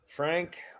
Frank